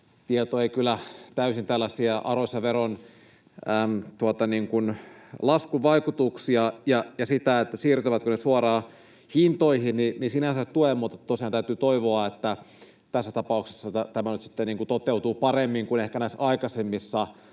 ei kyllä täysin tällaisia arvonlisäveron laskun vaikutuksia ja sitä, että siirtyvätkö ne suoraan hintoihin, sinänsä tue, niin tosiaan täytyy toivoa, että tässä tapauksessa tämä nyt sitten toteutuu paremmin kuin ehkä näissä aikaisemmissa